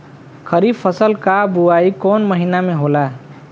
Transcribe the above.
खरीफ फसल क बुवाई कौन महीना में होला?